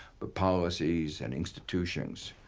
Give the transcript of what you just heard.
but policies and institutions.